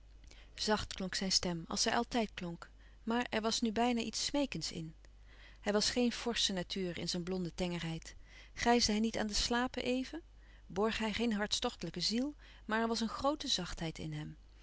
zacht klonk zijn stem als zij altijd klonk maar er was nu bijna iets smeekends in hij was geen forsche natuur in zijn blonde tengerheid grijsde hij niet aan de slapen even borg hij geen hartstochtelijke ziel maar er was een groote zachtheid in hem